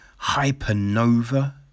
Hypernova